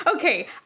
Okay